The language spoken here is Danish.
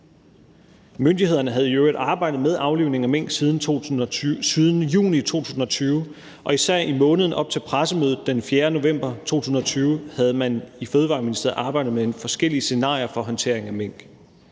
Myndighederne havde i øvrigt arbejdet med aflivningen af mink siden juni 2020, og især i måneden op til pressemødet den 4. november 2020 havde man i Fødevareministeriet arbejdet med forskellige scenarier for håndteringen af mink.